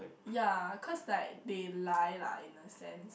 ya cause like they lie lah in a sense